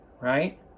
right